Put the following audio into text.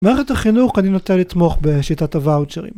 מערכת החינוך אני נוטה לתמוך בשיטת הוואוצ'רים